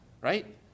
Right